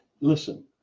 listen